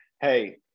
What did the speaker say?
hey